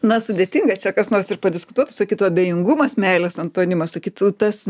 na sudėtinga čia kas nors ir padiskutuotų sakytų abejingumas meilės antonimas sakytų tas